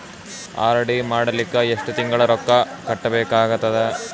RD ಮಾಡಲಿಕ್ಕ ಎಷ್ಟು ತಿಂಗಳ ರೊಕ್ಕ ಕಟ್ಟಬೇಕಾಗತದ?